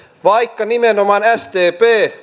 vaikka nimenomaan sdp